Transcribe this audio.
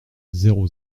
zéro